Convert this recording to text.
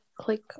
click